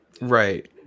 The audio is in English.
Right